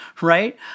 Right